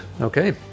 Okay